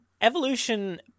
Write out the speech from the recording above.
Evolution